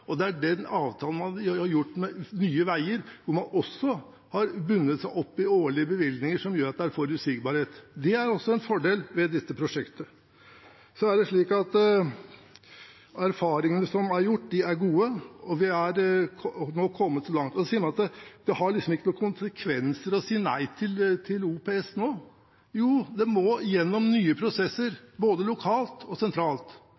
og det er den avtalen man har gjort med Nye Veier, hvor man også har bundet seg opp i årlige bevilgninger, som gjør at det er forutsigbarhet. Det er også en fordel med disse prosjektene. Erfaringene som er gjort, er gode, og vi er nå kommet langt. Så sier man at det ikke har noen konsekvenser å si nei til OPS nå. Jo, for det må gjennom nye prosesser, både lokalt og sentralt.